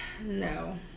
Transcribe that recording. No